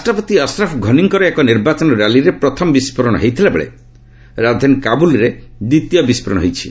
ରାଷ୍ଟ୍ରପତି ଅଶ୍ରପ୍ ଘନିଙ୍କର ଏକ ନିର୍ବାଚନ ର୍ୟାଲିରେ ପ୍ରଥମ ବିସ୍ଫୋରଣ ହୋଇଥିଲାବେଳେ ରାଜଧାନୀ କାବୁଲ୍ରେ ଦ୍ୱିତୀୟ ବିସ୍ଫୋରଣ ହୋଇଥିଲା